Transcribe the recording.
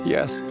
Yes